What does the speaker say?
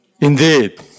Indeed